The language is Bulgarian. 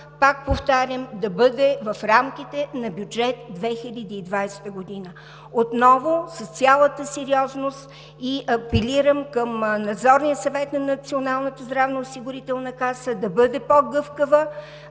пак повтарям, да бъде в рамките на бюджет 2020 година? Отново с цялата сериозност апелирам към Надзорния съвет на Националната здравноосигурителна каса да бъде по-гъвкава,